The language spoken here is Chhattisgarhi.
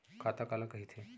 खाता काला कहिथे?